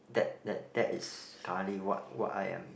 that that that is currently what what I am